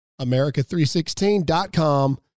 America316.com